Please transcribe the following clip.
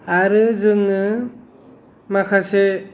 आरो जोङो माखासे